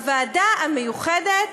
הוועדה המיוחדת